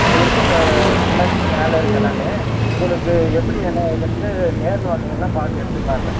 இருக்குது sir one lakh மேலே இருக்குது எல்லாமே உங்களுக்கு எப்படி என்ன ஏதுண்ட்டு நேரில் வந்திங்கனால் பார்த்து எடுத்துக்கலாம்லே